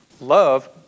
Love